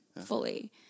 fully